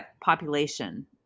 population